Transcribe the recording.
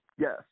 Yes